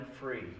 free